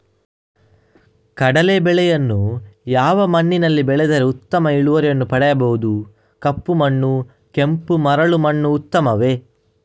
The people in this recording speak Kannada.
ಕಡಲೇ ಬೆಳೆಯನ್ನು ಯಾವ ಮಣ್ಣಿನಲ್ಲಿ ಬೆಳೆದರೆ ಉತ್ತಮ ಇಳುವರಿಯನ್ನು ಪಡೆಯಬಹುದು? ಕಪ್ಪು ಮಣ್ಣು ಕೆಂಪು ಮರಳು ಮಣ್ಣು ಉತ್ತಮವೇ?